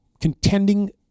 contending